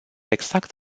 exact